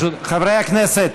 חברי הכנסת,